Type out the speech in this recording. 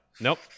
nope